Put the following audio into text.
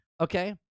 Okay